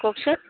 কওকচোন